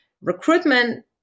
recruitment